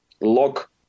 lock